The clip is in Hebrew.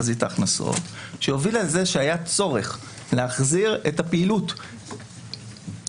תחזית ההכנסות שהובילה לזה שהיה צורך להחזיר את הפעילות באופן